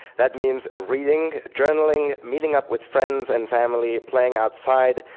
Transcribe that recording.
that means reading, journaling, meeting up with friends and family, playing outside,